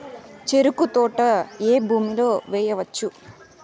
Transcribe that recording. చెరుకు తోట ఏ భూమిలో వేయవచ్చు?